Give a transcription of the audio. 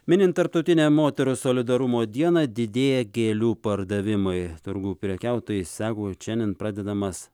minint tarptautinę moterų solidarumo dieną didėja gėlių pardavimai turgų prekiautojai sako kad šiandien pradedamas